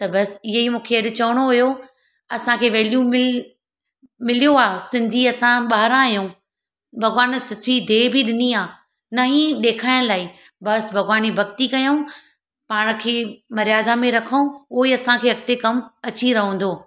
त बसि इहो ई मूंखे अॼु चवणो हुयो असांखे वैल्यू मिल मिल्यो आहे सिंधी असां ॿार आहियूं भॻवान सुठी देह बि ॾिनी आहे ना ई ॾेखारण लाइ बसि भॻवान ई भक्ती कयूं पाण खे मर्यादा में रखूं उहो ई असांखे अॻिते कमु अची रहंदो